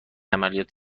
عملیات